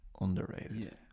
underrated